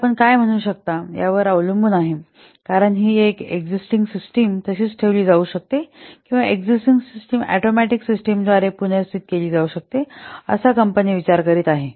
तर आपण काय म्हणू शकता यावर अवलंबून आहे कारण ही एक्सिटिंग सिस्टिम तशीच ठेवली जाऊ शकते किंवा एक्सिटिंग सिस्टिम ऑटोमॅटीक सिस्टमद्वारे पुनर्स्थित केली जाऊ शकते असा कंपनी विचार करीत आहे